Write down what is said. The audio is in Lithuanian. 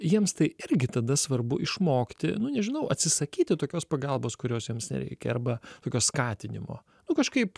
jiems tai irgi tada svarbu išmokti nu nežinau atsisakyti tokios pagalbos kurios jiems nereikia arba tokio skatinimo nu kažkaip